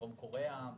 דרום קוריאה,